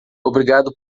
obrigado